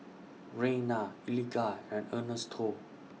Rayna Eligah and Ernesto